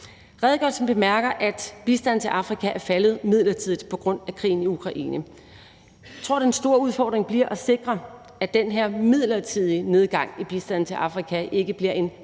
Redegørelsen bemærker, at bistanden til Afrika er faldet midlertidigt på grund af krigen i Ukraine. Jeg tror, den store udfordring bliver at sikre, at den her midlertidige nedgang i bistanden til Afrika ikke bliver en